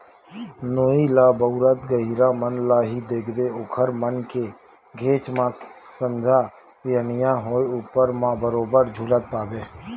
नोई ल बउरत गहिरा मन ल ही देखबे ओखर मन के घेंच म संझा बिहनियां होय ऊपर म बरोबर झुलत पाबे